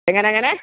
എങ്ങനെ എങ്ങനെ